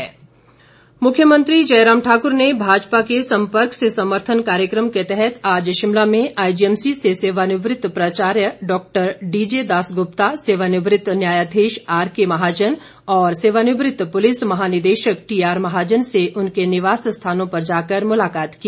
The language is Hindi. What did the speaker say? जयराम मुख्यमंत्री जयराम ठाकुर ने भाजपा के सम्पर्क से समर्थन कार्यक्रम के तहत आज शिमला में आईजीएमसी से सेवा निवृत प्राचार्य डॉक्टर डीजे दास गुप्ता सेवा निवृत न्यायाधीश आर के महाजन और सेवा निवृत पुलिस महानिदेशक टीआर महाजन से उनके निवास स्थानों पर जाकर मुलाकात की